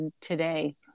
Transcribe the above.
today